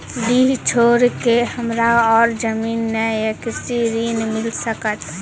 डीह छोर के हमरा और जमीन ने ये कृषि ऋण मिल सकत?